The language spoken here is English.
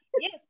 Yes